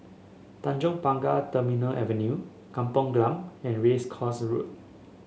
Tanjong Pagar Terminal Avenue Kampung Glam and Race Course Road